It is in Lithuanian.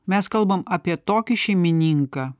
mes kalbam apie tokį šeimininką